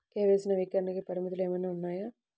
KYC నవీకరణకి పరిమితులు ఏమన్నా ఉన్నాయా?